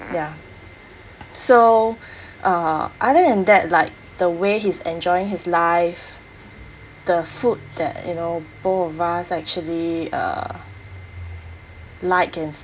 ya so uh other than that like the way he's enjoying his life the food that you know both of us actually uh like and